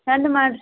ಬಂದು ಮಾಡ್ರಿ